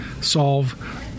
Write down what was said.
solve